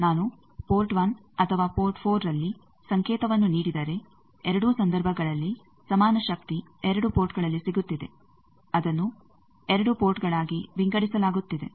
ನಾನು ಪೋರ್ಟ್ 1 ಅಥವಾ ಪೋರ್ಟ್ 4ನಲ್ಲಿ ಸಂಕೇತವನ್ನು ನೀಡಿದರೆ ಎರಡೂ ಸಂದರ್ಭಗಳಲ್ಲಿ ಸಮಾನ ಶಕ್ತಿ 2 ಪೋರ್ಟ್ಗಳಲ್ಲಿ ಸಿಗುತ್ತಿದೆ ಅದನ್ನು 2 ಪೋರ್ಟ್ಗಳಾಗಿ ವಿಂಗಡಿಸಲಾಗುತ್ತಿದೆ